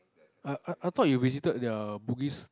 I I I thought you visited their Bugis